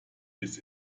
bis